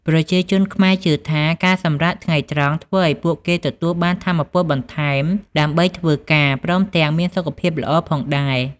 ប្រជាជនខ្មែរជឿថា ការសម្រាកថ្ងៃត្រង់ធ្វើឱ្យពួកគេទទួលបានថាមពលបន្ថែមដើម្បីធ្វើការ ព្រមទាំងមានសុខភាពល្អផងដែរ។